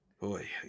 boy